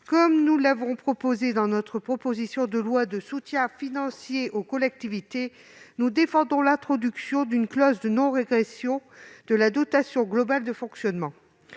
Comme nous l'avons proposé dans notre proposition de loi de soutien financier aux collectivités, nous défendons l'introduction d'une clause de non-régression de la dotation globale de fonctionnement.